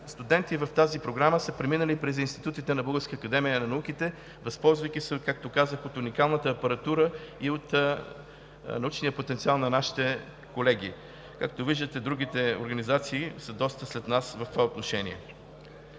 студенти в тази програма са преминали през институтите на Българската академия на науките, възползвайки се, както казах, от уникалната апаратура и от научния потенциал на нашите колеги. Както виждате, другите организации са доста след нас в това отношение.